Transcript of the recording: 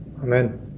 Amen